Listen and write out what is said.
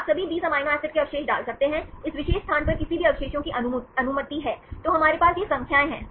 आप सभी 20 amino acid के अवशेष डाल सकते हैं इस विशेष स्थान पर किसी भी अवशेषों की अनुमति है तो हमारे पास ये संख्याएं हैं